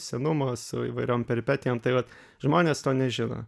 senumo su įvairiom peripetijom tai vat žmonės to nežino